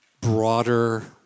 broader